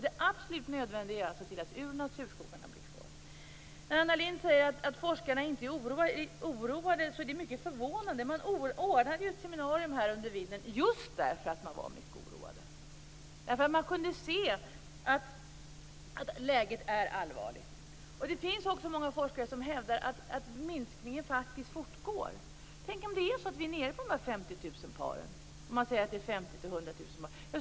Det absolut nödvändiga är att se till att ur och naturskogarna blir kvar. När Anna Lindh säger att forskarna inte är oroade är det mycket förvånande. Man ordnade ett seminarium under vintern just därför att de var mycket oroade. Man kunde se att läget är allvarligt. Det finns också många forskare som hävdar att minskningen fortgår. Tänk om det är så att vi är nere på 50 000 par? Man säger att det är 50 000-100 000 par.